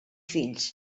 fills